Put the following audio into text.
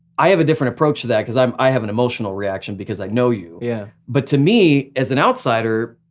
i have a different approach to that because i um i have an emotional reaction because i know you. yeah. but to me, as an outsider,